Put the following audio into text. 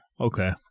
Okay